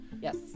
Yes